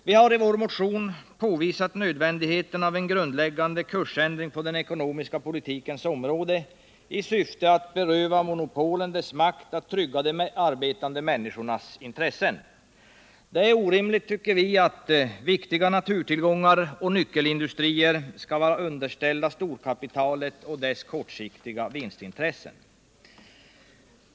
Vi har i vår motion påvisat nödvändigheten av en grundläggande kursändring på den ekonomiska politikens område i syfte att beröva monopolen deras makt och trygga de arbetande människornas intressen. Det är orimligt, tycker vi, att viktiga naturtillgångar och nyckelindustrier skall vara underställda storkapitalet och dess kortsiktiga vinstintressen.